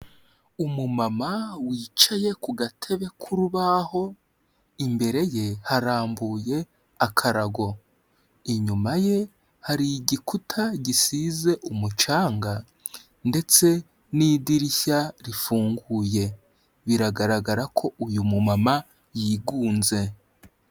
Umumama wicaye ku gatebe k'urubaho, imbere ye harambuye akarago. Inyuma ye hari igikuta gisize umucanga, ndetse n'idirishya rifunguye. Biragaragara ko uyu mumama, yigunze.